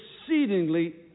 exceedingly